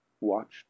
watched